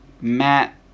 Matt